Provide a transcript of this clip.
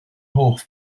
hoff